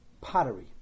pottery